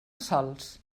sols